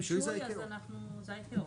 הרישוי זה רק ה-ICAO.